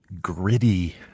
gritty